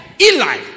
Eli